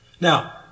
Now